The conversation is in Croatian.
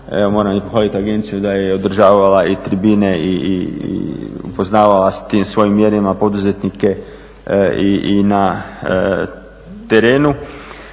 moram i pohvalit agenciju da je održavala i tribine i poznavala s tim svojim mjerama poduzetnike i na terenu.